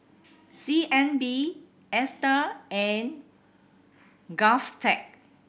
C N B Astar and GovTech